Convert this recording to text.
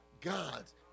God's